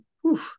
whew